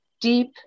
deep